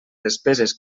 despeses